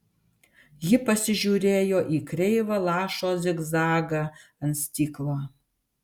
ji pasižiūrėjo į kreivą lašo zigzagą ant stiklo